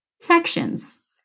sections